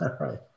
right